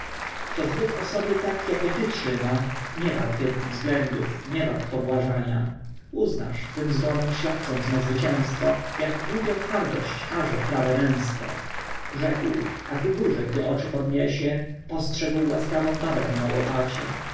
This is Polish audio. kto zbyt o sobie tak jako ty trzyma nie wart jest względów nie wart pobłażania uznasz twym zgonem ślachcąc me zwycięztwo jak głupią hardość karze prawe męztwo rzekł a ku górze gdy oczy podniesie postrzegł łaskawą babę na łopacie